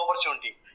opportunity